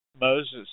Moses